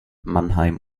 mannheim